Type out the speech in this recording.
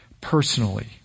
personally